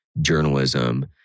journalism